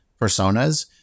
personas